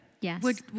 Yes